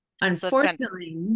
Unfortunately